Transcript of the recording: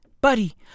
buddy